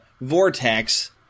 vortex